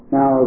Now